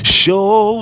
show